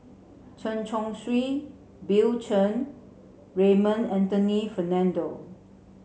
Chen Chong Swee Bill Chen Raymond Anthony Fernando